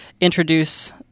introduce